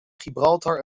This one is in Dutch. gibraltar